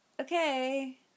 okay